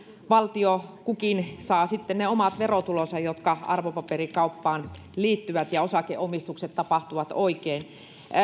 kukin valtio saa sitten ne omat verotulonsa jotka arvopaperikauppaan liittyvät ja että osakeomistukset tapahtuvat oikein